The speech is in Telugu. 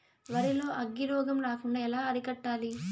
వరి లో అగ్గి రోగం రాకుండా ఎలా అరికట్టాలి?